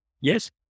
Yes